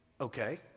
Okay